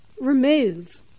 Remove